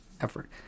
effort